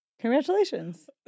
Congratulations